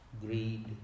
greed